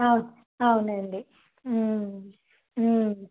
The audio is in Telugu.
అవునండి